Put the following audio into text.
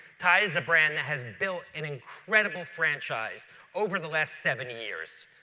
tide is a brand that has built an incredible franchise over the last seventy years.